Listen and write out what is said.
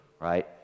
right